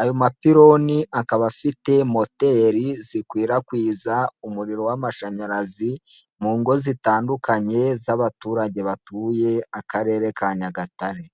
ayo mapiloni akaba afite moteri zikwirakwiza umuriro w'amashanyarazi mu ngo zitandukanye z'abaturage batuye akarere ka Nyagatare.